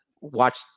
watch